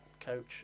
coach